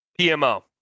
PMO